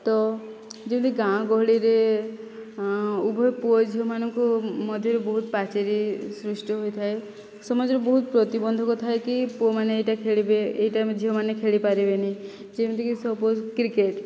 ତ ଯେମିତି ଗାଁ ଗହଳିରେ ଉଭୟ ପୁଅ ଝିଅମାନଙ୍କ ମଧ୍ୟରେ ବହୁତ ପାଚେରୀ ସୃଷ୍ଟି ହୋଇଥାଏ ସେ ମଝିରେ ବହୁତ ପ୍ରତି ବନ୍ଧକ ଥାଏ କି ପୁଅମାନେ ଏଇଟା ଖେଳିବେ ଏଇଟା ଝିଅମାନେ ଖେଳି ପାରିବେନି ଯେମିତିକି ସପୋଜ କ୍ରିକେଟ୍